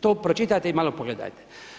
To pročitajte i malo pogledajte.